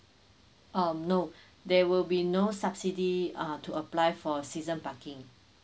um no there will be no subsidy uh to apply for season parking